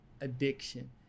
addiction